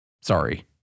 sorry